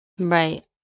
Right